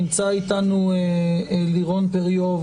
נמצא איתנו לירון פריוב,